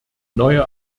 neue